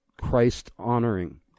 Christ-honoring